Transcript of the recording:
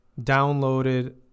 downloaded